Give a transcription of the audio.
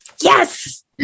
Yes